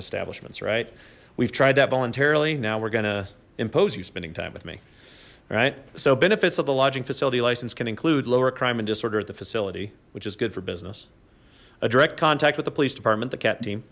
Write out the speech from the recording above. establishments right we've tried that voluntarily now we're gonna impose you spending time with me all right so benefits of the lodging facility license can include lower crime and disorder at the facility which is good for business a direct contact with the police department the cat team